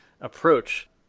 approach